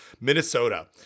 Minnesota